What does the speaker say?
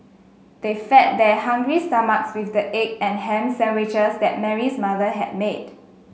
they fed their hungry stomachs with the egg and ham sandwiches that Mary's mother had made